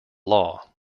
law